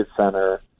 Center